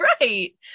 Right